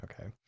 okay